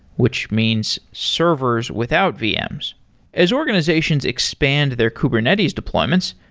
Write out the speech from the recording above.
which means servers without vms as organizations expand their kubernetes deployments,